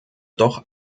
doch